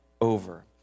over